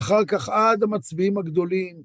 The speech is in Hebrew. אחר כך עד המצביעים הגדולים.